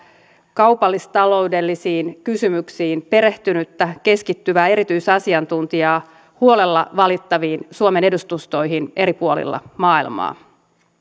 kaupallis taloudellisiin kysymyksiin perehtynyttä keskittyvää erityisasiantuntijaa huolella valittaviin suomen edustustoihin eri puolilla maailmaa